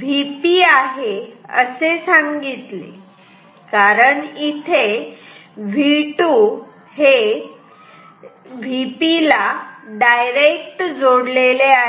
Vp आहे असे सांगितले कारण इथे V2 हे Vp ला डायरेक्ट जोडलेले आहे